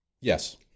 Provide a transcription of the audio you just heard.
Yes